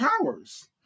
powers